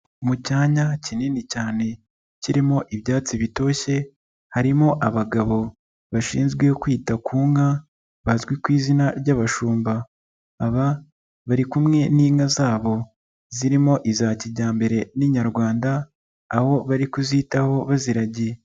Mu cyanya kinini cyane kirimo ibyatsi bitoshye, harimo abagabo bashinzwe kwita ku nka bazwi ku izina ry'abashumba, aba bari kumwe n'inka zabo zirimo iza kijyambere n'inyarwanda, aho bari kuzitaho baziragiye.